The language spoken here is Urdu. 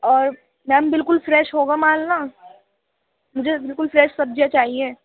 اور میم بالکل فریش ہوگا مال نا مجھے بالکل فریش سبزیاں چاہیے